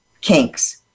kinks